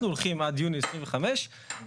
אנחנו הולכים עד יוני 2025 ליצור